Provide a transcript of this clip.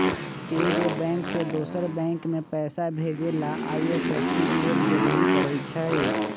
एगो बैंक से दोसर बैंक मे पैसा भेजे ला आई.एफ.एस.सी कोड जरूरी परई छई